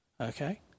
Okay